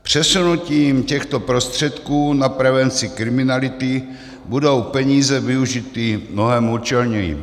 Přesunutím těchto prostředků na prevenci kriminality budou peníze využity mnohem účelněji.